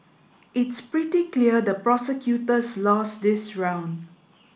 it's pretty clear the prosecutors lost this round